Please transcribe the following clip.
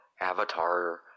avatar